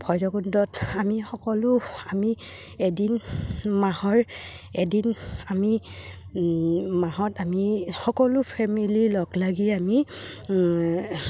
ভৈৰৱকুণ্ডত আমি সকলো আমি এদিন মাহৰ এদিন আমি মাহত আমি সকলো ফেমিলি লগ লাগি আমি